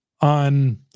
on